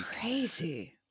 Crazy